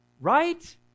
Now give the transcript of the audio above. Right